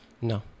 no